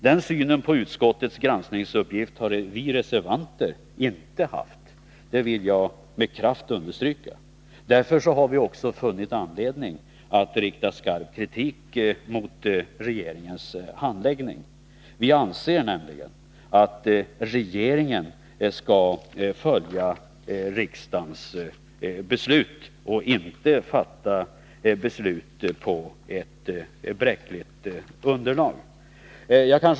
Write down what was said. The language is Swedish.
Men den synen på utskottets granskningsuppgift har vi reservanter inte haft — det vill jag med kraft 9 Riksdagens protokoll 1981/82:145-146 understryka. Därför har vi också funnit anledning att rikta skarp kritik mot regeringens handläggning. Vi anser nämligen att regeringen skall följa riksdagens beslut och inte fatta egna beslut på bräckligt underlag.